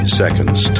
seconds